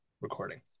recording